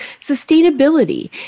sustainability